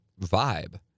vibe